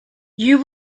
you